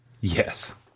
Yes